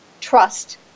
trust